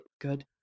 good